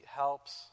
helps